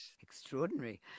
Extraordinary